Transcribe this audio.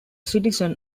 citizen